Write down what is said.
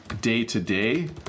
day-to-day